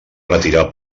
retirar